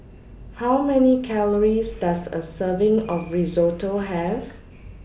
How Many Calories Does A Serving of Risotto Have